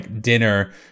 dinner